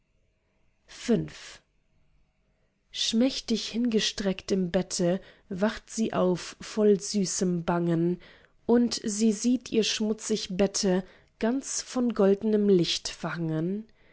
schmächtig hingestreckt im bette wacht sie auf voll süßem bangen und sie sieht ihr schmutzig bette ganz von goldnem licht